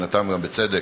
מבחינתם גם בצדק,